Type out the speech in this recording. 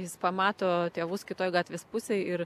jis pamato tėvus kitoj gatvės pusėj ir